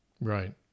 Right